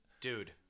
dude